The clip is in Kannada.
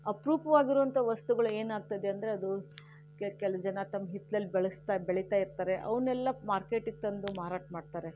ಅಪರೂಪವಾಗಿರೋವಂಥ ವಸ್ತುಗಳು ಏನಾಗ್ತದೆ ಅಂದರೆ ಅದು ಕೆ ಕೆಲವು ಜನ ತಮ್ಮ ಹಿತ್ತಲಲ್ಲಿ ಬೆಳೆಸ್ತಾ ಬೆಳೀತಾ ಇರ್ತಾರೆ ಅವನ್ನೆಲ್ಲ ಮಾರ್ಕೆಟಿಗೆ ತಂದು ಮಾರಾಟ ಮಾಡ್ತಾರೆ